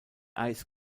ice